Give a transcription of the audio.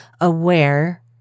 aware